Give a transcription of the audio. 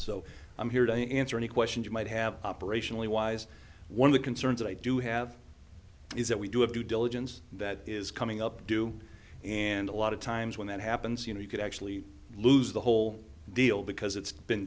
so i'm here to answer any questions you might have operationally wise one of the concerns i do have is that we do have due diligence that is coming up do and a lot of times when that happens you know you could actually lose the whole deal because it's been